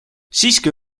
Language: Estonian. siiski